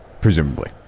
Presumably